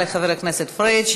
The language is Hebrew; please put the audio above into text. תודה לחבר הכנסת פריג'.